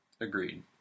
Agreed